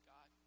God